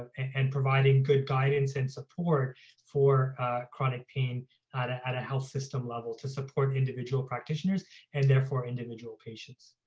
and providing good guidance and support for chronic pain at a health system level to support individual practitioners and therefore individual patients.